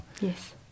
Yes